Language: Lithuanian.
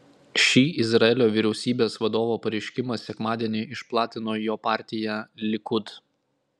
šį izraelio vyriausybės vadovo pareiškimą sekmadienį išplatino jo partija likud